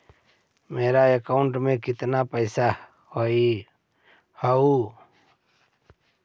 मेरा अकाउंटस में कितना पैसा हउ?